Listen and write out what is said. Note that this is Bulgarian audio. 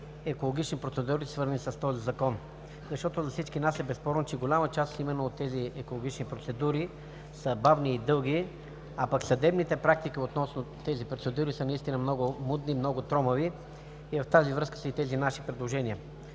екологични процедури, свързани с този Закон. Защото за всички нас е безспорно, че именно голяма част от тези екологични процедури са бавни и дълги, а пък съдебните практики относно тези процедури са много мудни и тромави. В тази връзка са нашите предложения.